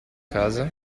casa